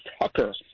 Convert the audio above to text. Tucker